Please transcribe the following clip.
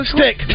Stick